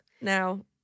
now –